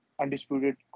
undisputed